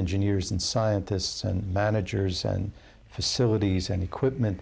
engineers and scientists and badgers and facilities and equipment